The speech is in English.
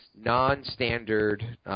non-standard